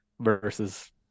versus